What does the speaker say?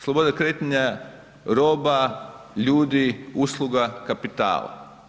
Sloboda kretanja roba, ljudi, usluga, kapitala.